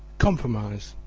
compromise,